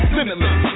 Limitless